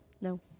No